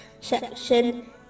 section